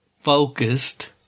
focused